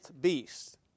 beast